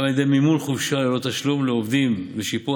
גם על ידי מימון חופשה ללא תשלום לעובדים ושיפור